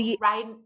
right